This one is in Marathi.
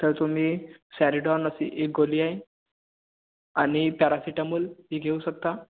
तर तुम्ही सॅरीडॉन अशी एक गोळी आहे आणि पॅरासीटामोल ही घेऊ शकता